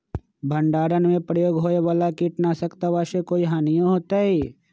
भंडारण में प्रयोग होए वाला किट नाशक दवा से कोई हानियों होतै?